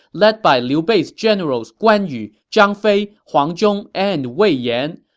led by liu bei's generals guan yu, zhang fei, huang zhong, and wei yan.